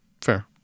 Fair